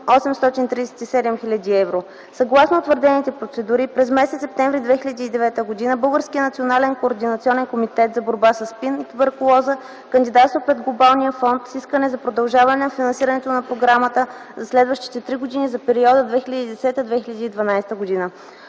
837 евро. Съгласно утвърдените процедури, през м. септември 2009 г. българският Национален координационен комитет за борба със СПИН и туберкулоза кандидатства пред Глобалния фонд с искане за продължаване на финансирането на програмата за следващите три години за периода 2010-2012 г.